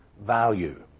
value